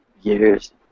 years